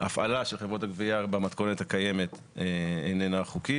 שההפעלה של חברות הגבייה במתכונת הקיימת איננה חוקית.